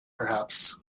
perhaps